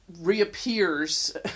reappears